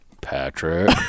Patrick